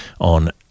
on